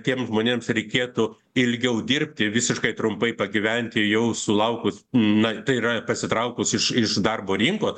tiem žmonėms reikėtų ilgiau dirbti visiškai trumpai pagyventi jau sulaukus na tai yra pasitraukus iš darbo rinkos